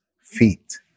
feet